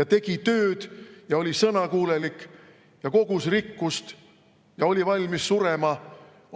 ja tegid tööd ja olid sõnakuulelikud ja kogusid rikkust ja olid valmis surema